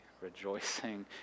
rejoicing